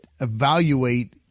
evaluate